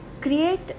create